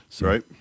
Right